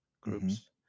groups